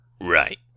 Right